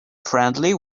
friendly